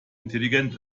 intelligent